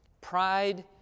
Pride